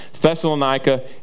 Thessalonica